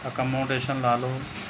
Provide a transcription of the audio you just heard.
accommodation ਲਾ ਲਓ